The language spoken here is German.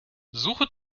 suche